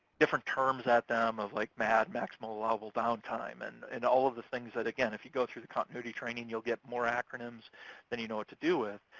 different terms at them, of like mad, maximum allowable downtime, and and all of the things that, again, if you go through the continuity training, you'll get more acronyms than you know what to do with.